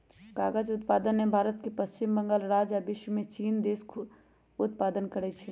कागज़ उत्पादन में भारत के पश्चिम बंगाल राज्य आ विश्वमें चिन देश खूब उत्पादन करै छै